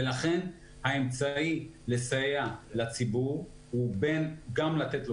ולכן האמצעי לסייע לציבור הוא גם לתת לו